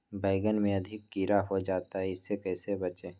बैंगन में अधिक कीड़ा हो जाता हैं इससे कैसे बचे?